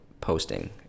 posting